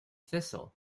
thistle